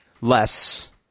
less